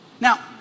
Now